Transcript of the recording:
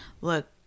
Look